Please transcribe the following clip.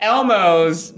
Elmos